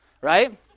Right